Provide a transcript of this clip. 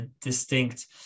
distinct